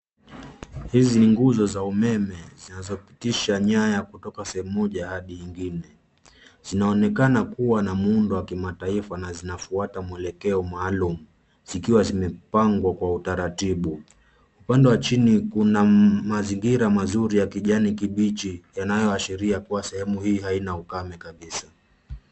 Hizi nguzo za umeme zinazopitisha nyaya kutoka sehemu moja hadi ingine. Zinaonekana kuwa na muundo wa kimataifa na zinafuata mwelekeo maalum, zikiwa zimepangwa Kwa utaratibu. Upande wa chini kuna mazingira mazuri ya kijani kibichi yanayoashiria kuwa sehemu hii haina ukame kabisa.